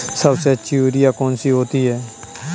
सबसे अच्छी यूरिया कौन सी होती है?